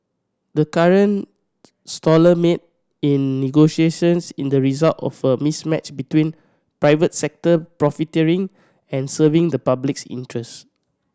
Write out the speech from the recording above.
the current stall mate in negotiations is the result of a mismatch between private sector profiteering and serving the public's interests